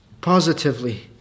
positively